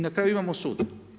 na kraju imamo sud.